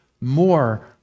more